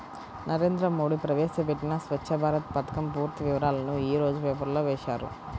నరేంద్ర మోడీ ప్రవేశపెట్టిన స్వఛ్చ భారత్ పథకం పూర్తి వివరాలను యీ రోజు పేపర్లో వేశారు